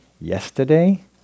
yesterday